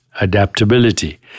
adaptability